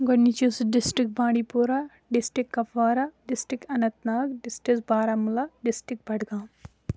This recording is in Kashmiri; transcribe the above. گۄڈنِچی یُس district Bandipora district Kupwara district Anant Nag district Baramulla district Budgam